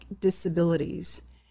disabilities